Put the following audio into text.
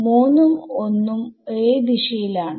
3 ഉം 1 ഉം ഒരേ ദിശയിൽ ആണ്